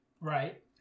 Right